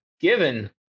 given